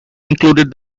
included